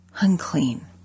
Unclean